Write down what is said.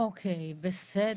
אוקיי בסדר.